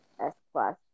S-Class